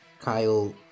Kyle